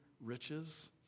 riches